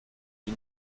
die